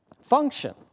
function